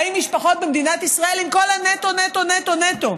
האם משפחות במדינת ישראל, עם כל הנטו נטו נטו נטו,